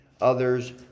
others